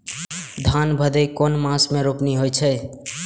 धान भदेय कुन मास में रोपनी होय छै?